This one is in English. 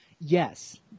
Yes